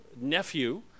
nephew